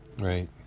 Right